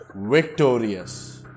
victorious